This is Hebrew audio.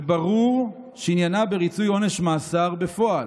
וברור שעניינה בריצוי עונש מאסר בפועל,